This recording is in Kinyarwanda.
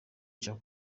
cya